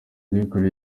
byukuri